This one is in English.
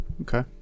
Okay